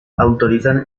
autorizan